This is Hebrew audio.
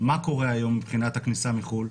מה קורה היום מבחינת הכניסה מחו"ל?